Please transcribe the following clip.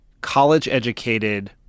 college-educated